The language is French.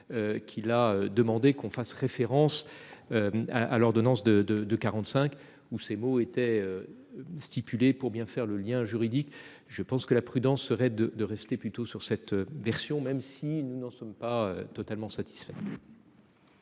Qu'il a demandé qu'on fasse référence. À l'ordonnance de de de 45 ou ces mots était. Stipulé pour bien faire le lien juridique. Je pense que la prudence reste de de rester plutôt sur cette version même si nous n'en sommes pas totalement satisfait.